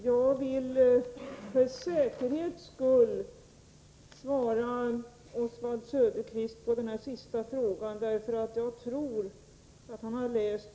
Fru talman! För säkerhets skull vill jag besvara Oswald Söderqvists senaste fråga. Jag tror nämligen att han inte tolkat svaret rätt.